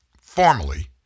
formally